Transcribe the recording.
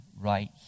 right